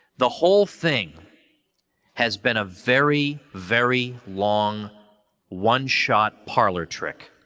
the whole thing has been a very, very long one-shot parlor trick.